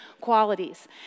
qualities